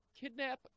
kidnap